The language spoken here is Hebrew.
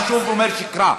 ואני שוב אומר: שיקרה.